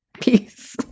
Peace